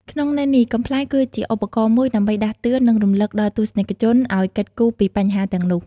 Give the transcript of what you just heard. ក្នុងន័យនេះ កំប្លែងគឺជាឧបករណ៍មួយដើម្បីដាស់តឿន និងរំលឹកដល់ទស្សនិកជនឲ្យគិតគូរពីបញ្ហាទាំងនោះ។